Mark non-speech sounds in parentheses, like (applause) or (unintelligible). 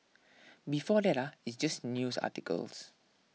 (noise) before (unintelligible) it's just news articles